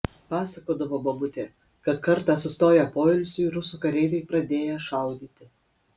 pasakodavo bobutė kad kartą sustoję poilsiui rusų kareiviai pradėję šaudyti